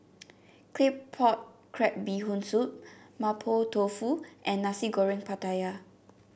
Claypot Crab Bee Hoon Soup Mapo Tofu and Nasi Goreng Pattaya